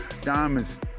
diamonds